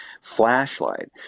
flashlight